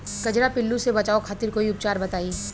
कजरा पिल्लू से बचाव खातिर कोई उपचार बताई?